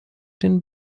den